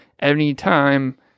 anytime